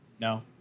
no